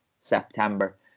September